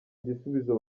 gisubizo